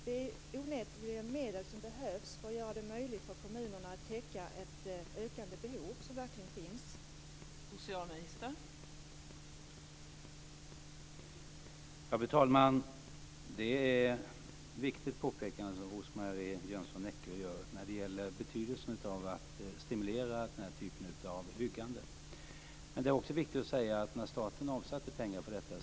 Det är onekligen medel som behövs för att göra det möjligt för kommunerna att täcka ett ökande behov som verkligen finns.